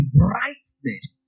brightness